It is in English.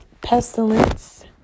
pestilence